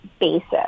basis